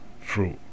fruit